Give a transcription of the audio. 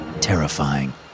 terrifying